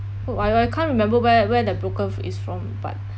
oh I I can't remember where where that broker f~ is from but